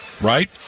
right